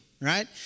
right